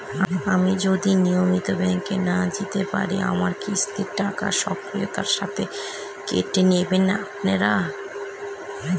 আমি যদি নিয়মিত ব্যংকে না যেতে পারি আমার কিস্তির টাকা স্বকীয়তার সাথে কেটে নেবেন আপনারা?